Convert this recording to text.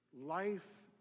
Life